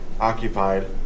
occupied